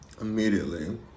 immediately